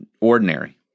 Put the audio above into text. ordinary